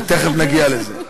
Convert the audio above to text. ותכף נגיע לזה.